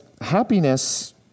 happiness